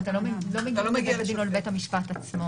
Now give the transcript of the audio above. אבל אתה לא מגיע לבית המשפט עצמו.